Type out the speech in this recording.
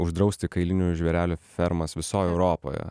uždrausti kailinių žvėrelių fermas visoj europoje